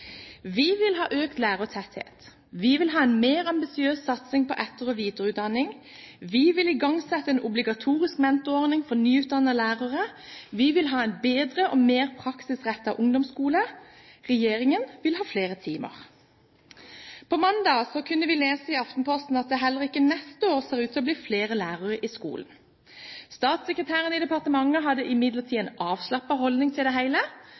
Vi vil ha økt lærertetthet. Vi vil ha en mer ambisiøs satsing på etter- og videreutdanning. Vi vil igangsette en obligatorisk mentorordning for nyutdannede lærere. Vi vil ha en bedre og mer praksisrettet ungdomsskole. Regjeringen vil ha flere timer. På mandag kunne vi lese i Aftenposten at det heller ikke neste år ser ut til å bli flere lærere i skolen. Statssekretæren i departementet hadde imidlertid en avslappet holdning til det hele.